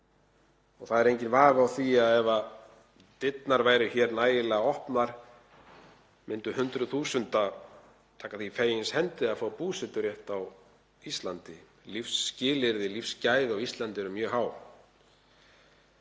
Það er enginn vafi á því að ef dyrnar væru hér nægilega opnar myndu hundruð þúsunda taka því fegins hendi að fá búseturétt á Íslandi. Lífsskilyrði og lífsgæði á Íslandi eru mjög góð.